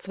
ich